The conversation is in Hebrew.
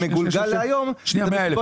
והמגולגל להיום הוא לפחות